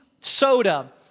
soda